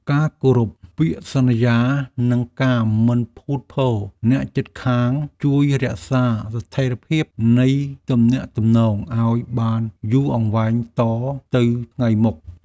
ការគោរពពាក្យសន្យានិងការមិនភូតភរអ្នកជិតខាងជួយរក្សាស្ថិរភាពនៃទំនាក់ទំនងឱ្យបានយូរអង្វែងតទៅថ្ងៃមុខ។